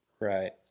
Right